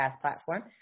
platform